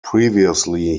previously